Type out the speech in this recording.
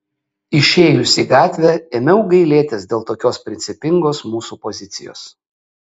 išėjus į gatvę ėmiau gailėtis dėl tokios principingos mūsų pozicijos